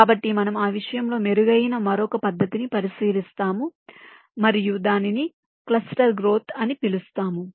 కాబట్టి మనము ఆ విషయంలో మెరుగైన మరొక పద్ధతిని పరిశీలిస్తాము మరియు దానిని క్లస్టర్ గ్రోత్ అని పిలుస్తాము